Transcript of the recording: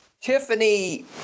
Tiffany